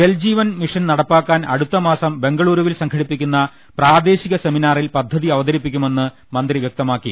Jal Jeevan mission നടപ്പാക്കാൻ അടുത്ത മാസം ബംഗളുരുവിൽ സംഘടിപ്പിക്കുന്ന പ്രാദേശിക സെമിനാ റിൽ പദ്ധതി അവതരിപ്പിക്കുമെന്ന് മന്ത്രി വൃക്തമാക്കി